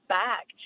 back